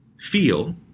feel